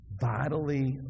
vitally